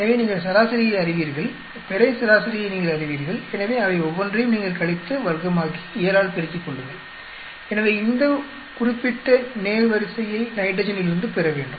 எனவே நீங்கள் சராசரியை அறிவீர்கள் பெரிய சராசரியை நீங்கள் அறிவீர்கள் எனவே அவை ஒவ்வொன்றையும் நீங்கள் கழித்து வர்க்கமாக்கி 7 ஆல் பெருக்கிக் கொள்ளுங்கள் எனவே இந்த குறிப்பிட்ட நேர்வரிசையை நைட்ரஜனில் இருந்து பெற வேண்டும்